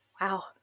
Wow